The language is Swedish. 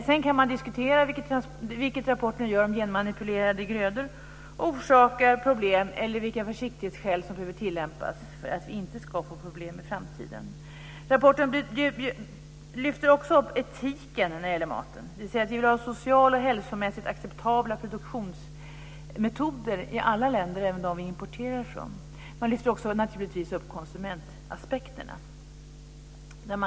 Sedan kan man diskutera, vilket görs i rapporten, om genmanipulerade grödor orsakar problem eller vilka försiktighetsåtgärder som behöver tillämpas för att vi inte ska få problem i framtiden. I rapporten lyfts också etiken när det gäller maten upp. Dvs. att vi vill ha socialt och hälsomässigt acceptabla produktionsmetoder i alla länder, även de länder som vi importerar från. Man lyfter naturligtvis också upp konsumentaspekterna.